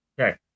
Okay